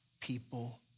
people